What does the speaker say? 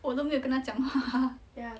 我都没有跟他讲话啊